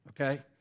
okay